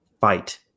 fight